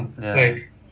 ya